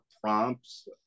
prompts